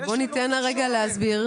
בוא ניתן לה להסביר.